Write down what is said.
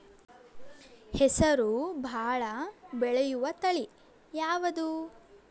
ಹೆಸರು ಭಾಳ ಬೆಳೆಯುವತಳಿ ಯಾವದು?